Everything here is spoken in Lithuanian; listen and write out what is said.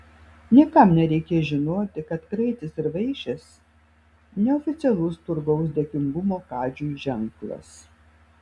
niekam nereikės žinoti kad kraitis ir vaišės neoficialus turgaus dėkingumo kadžiui ženklas